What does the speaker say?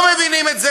לא מבינים את זה,